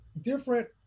different